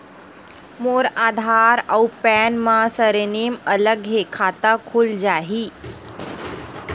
मोर आधार आऊ पैन मा सरनेम अलग हे खाता खुल जहीं?